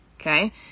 okay